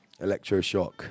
electroshock